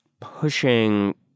Pushing